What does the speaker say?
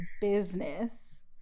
business